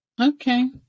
Okay